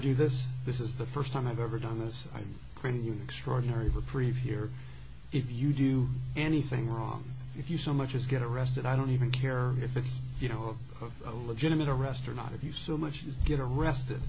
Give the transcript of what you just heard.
do this this is the st time i've ever done this i'm pretty extraordinary reprieve here if you do anything wrong if you so much as get arrested i don't even care if it's you know of a legitimate arrest or not if you so much you get arrested